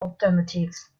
alternatives